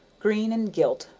green and gilt,